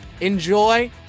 enjoy